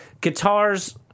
guitars